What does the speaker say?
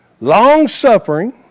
long-suffering